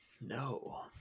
No